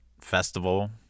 festival